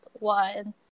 One